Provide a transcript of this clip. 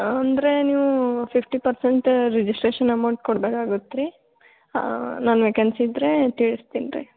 ಅಂದರೆ ನೀವು fifty percent registration amount ಕೊಡ್ಬೇಕಾಗುತ್ತೆ ರೀ ನಾನು ವೇಕೆನ್ಸಿ ಇದ್ದರೆ ತಿಳಿಸ್ತೀನಿ ರೀ